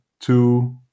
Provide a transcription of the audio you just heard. two